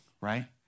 right